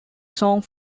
song